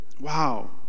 Wow